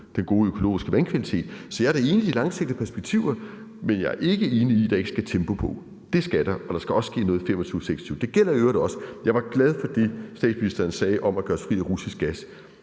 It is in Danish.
den gode økologiske vandkvalitet. Jeg er da enig i de langsigtede perspektiver, men jeg er ikke enig i, at der ikke skal tempo på, for det skal der, og der skal også ske noget i 2025 og 2026. Det gælder i øvrigt også gas. Jeg var glad for det, statsministeren sagde om at gøre os fri for russisk gas.